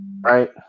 Right